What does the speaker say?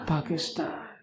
Pakistan